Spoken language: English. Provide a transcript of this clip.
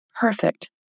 perfect